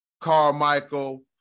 Carmichael